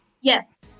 Yes